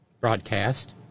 broadcast